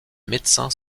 médecins